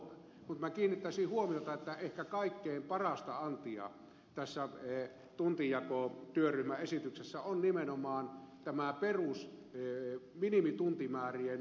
mutta kiinnittäisin huomiota siihen että ehkä kaikkein parasta antia tuntijakotyöryhmän esityksessä on nimenomaan minimituntimäärien kohottaminen